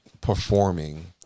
performing